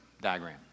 diagram